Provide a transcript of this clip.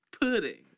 pudding